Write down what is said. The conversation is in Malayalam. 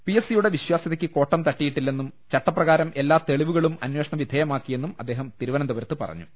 പിഎസ് സിയുടെ വിശ്വാസ്യതക്ക് കോട്ടം തട്ടിയിട്ടില്ലെന്നും ചട്ടപ്രകാരം എല്ലാ തെളിവുകളും അന്വേ ഷണ വിധേയമാക്കിയെന്നും അദ്ദേഹം തിരുവനന്തപുരത്ത് പറ ഞ്ഞു